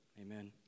amen